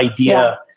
idea